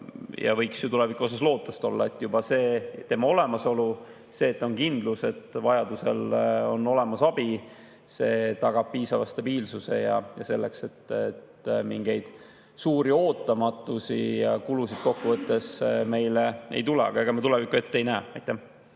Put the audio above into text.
Ja võiks ju tuleviku osas lootust olla, et juba [ESM‑i] olemasolu, see, et on kindlus, et vajadusel on olemas abi, tagab piisava stabiilsuse selleks, et mingeid suuri ootamatusi ja kulusid kokkuvõttes meile ei tule. Aga ega me tulevikku ette ei näe. Aitäh!